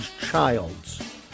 Childs